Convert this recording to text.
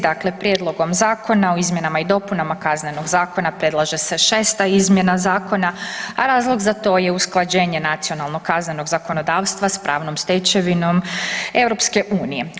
Dakle Prijedlogom zakona o izmjenama i dopunama Kaznenog zakona predlaže se 6. izmjena zakona, a razlog za to je usklađenje nacionalnog kaznenog zakonodavstva s pravnom stečevinom EU.